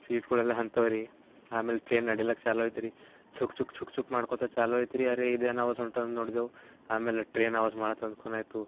ಸೀಟ್ಗಳೆಲ್ಲ ಅಂಥವು ರೀ ಆಮೇಲೆ ಟ್ರೇನ್ ನಡೆಯೋಕ್ಕೆ ಚಾಲು ಆಯ್ತು ರೀ ಛುಕ್ ಛುಕ್ ಛುಕ್ ಛುಕ್ ಮಾಡ್ಕೊತ ಚಾಲು ಆಯ್ತು ರೀ ಅರೆ ಇದು ಏನು ಆವಾಜ ಹೊಂಟಿದೆ ಅಂತ ನೋಡಿದೆವು ಅಮೇಲೆ ಟ್ರೇನ್ ಆವಾಜ ಮಾಡುತ್ತಿದೆಂತ ಖುನಾಯ್ತು